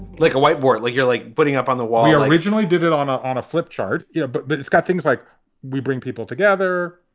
like a whiteboard like you're like putting putting up on the wall here. originally did it on a on a flip chart you know, but but it's got things like we bring people together,